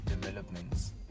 developments